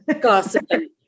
gossiping